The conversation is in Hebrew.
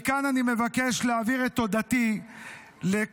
מכאן אני מבקש להעביר את תודתי לכלל